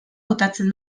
botatzen